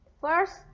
First